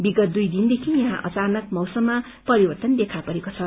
विगत दुई दिनदेखि यहाँ अचानक मैसदमा परिवर्त्तन देखा परेको छ